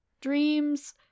dreams